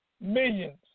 millions